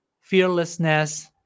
fearlessness